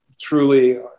truly